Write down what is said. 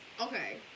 Okay